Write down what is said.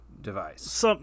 device